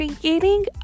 creating